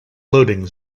loading